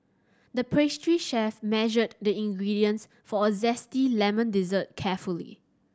the pastry chef measured the ingredients for a zesty lemon dessert carefully